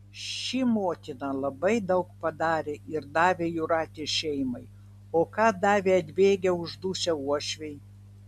ši motina labai daug padarė ir davė jūratės šeimai o ką davė atbėgę uždusę uošviai